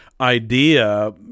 idea